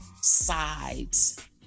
sides